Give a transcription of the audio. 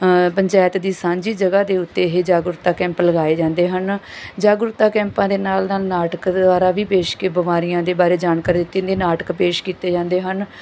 ਪੰਚਾਇਤ ਦੀ ਸਾਂਝੀ ਜਗ੍ਹਾ ਦੇ ਉੱਤੇ ਇਹ ਜਾਗਰੂਕਤਾ ਕੈਂਪ ਲਗਾਏ ਜਾਂਦੇ ਹਨ ਜਾਗਰੂਕਤਾ ਕੈਂਪਾਂ ਦੇ ਨਾਲ ਨਾਲ ਨਾਟਕ ਦੁਆਰਾ ਵੀ ਪੇਸ਼ਕਾਰੀ ਬਿਮਾਰੀਆਂ ਦੇ ਬਾਰੇ ਜਾਣਕਾਰੀ ਦਿੱਤੀ ਜਾਂਦੀ ਨਾਟਕ ਪੇਸ਼ ਕੀਤੇ ਜਾਂਦੇ ਹਨ